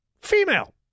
female